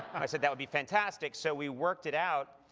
i said, that would be fantastic. so we worked it out.